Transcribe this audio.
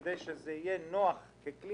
כדי שזה יהיה כלי נוח לעבודה,